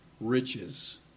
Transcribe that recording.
riches